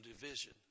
division